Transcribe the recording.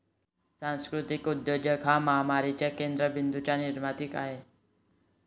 सांस्कृतिक उद्योजक हा महामारीच्या केंद्र बिंदूंचा निर्माता आहे